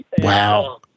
Wow